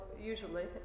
usually